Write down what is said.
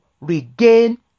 regain